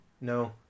No